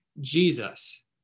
Jesus